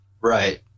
Right